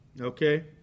Okay